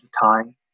time